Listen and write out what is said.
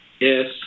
yes